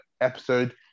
episode